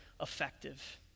effective